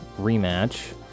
rematch